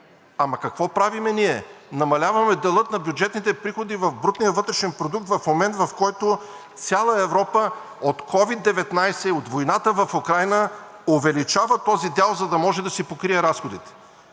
Ама, какво правим ние? Намаляваме дела на бюджетните приходи в брутния вътрешен продукт в момент, в който цяла Европа от COVID 19 и от войната в Украйна увеличава този дял, за да може да си покрие разходите.